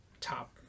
top